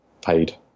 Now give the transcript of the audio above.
paid